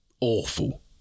awful